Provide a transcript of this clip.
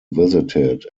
visited